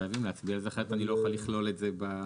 חייבים להצביע אחרת אני לא יכול לכלול את זה.